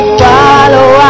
follow